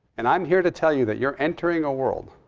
and i'm here to tell you that you're entering a world